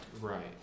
Right